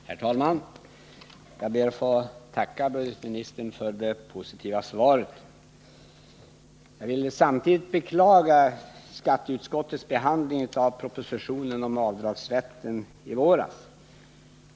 Herr talman! Jag ber att få tacka budgetministern för det positiva svaret. Samtidigt vill jag beklaga skatteutskottets behandling i våras av propositionen om avdragsrätten.